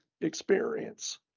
experience